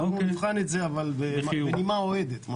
נבחן את זה בנימה אוהדת.